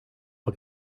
een